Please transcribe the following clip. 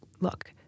look